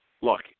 look